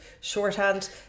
shorthand